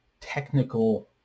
technical